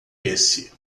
esse